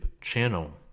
channel